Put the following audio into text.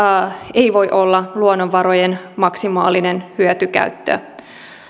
ei voi olla luonnonvarojen maksimaalinen hyötykäyttö